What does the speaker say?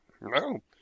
No